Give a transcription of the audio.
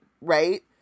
right